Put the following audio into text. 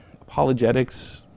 Apologetics